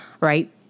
Right